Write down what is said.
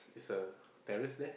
is a terrace there